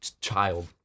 child